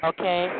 Okay